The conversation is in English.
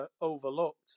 overlooked